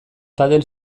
padel